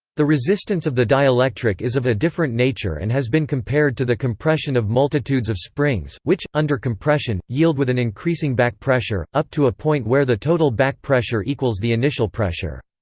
the resistance of the dielectric is of a different nature and has been compared to the compression of multitudes of springs, which, under compression, yield with an increasing back pressure, up to a point where the total back pressure equals the initial pressure.